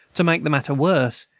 to make the matter worse,